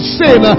sin